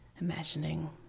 imagining